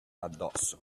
addosso